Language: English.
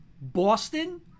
boston